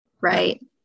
Right